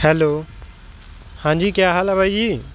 hello ਹਾਂਜੀ ਕਿਆ ਹਾਲ ਹੈ ਬਾਈ ਜੀ